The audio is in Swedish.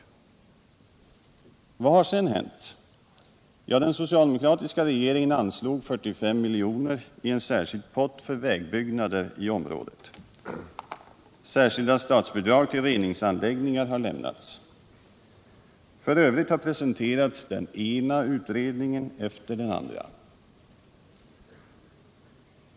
Vad har sedan hänt? Ja, den socialdemokratiska regeringen anslog 45 miljoner i en särskild pott för vägbyggnader i området. Särskilda statsbidrag till reningsanläggningar har lämnats. F. ö. har den ena utredningen efter den andra presenterats.